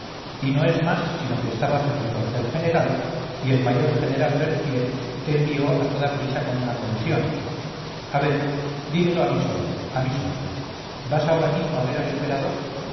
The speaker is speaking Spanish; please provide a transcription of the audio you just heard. y no es más sino que estabas en el cuartel general y el mayor general berthier te envió a toda prisa con una comisión a ver dímelo a mí solo a mí solo vas ahora mismo a ver al emperador